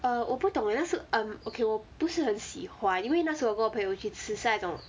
err 我不懂 eh 那时 um okay 我不是很喜欢因为那时候我跟我朋友去吃是那种